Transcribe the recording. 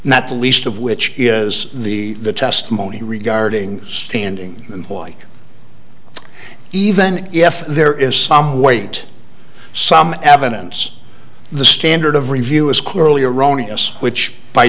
that the least of which is the testimony regarding standing employee even if there is some weight some evidence the standard of review is clearly erroneous which by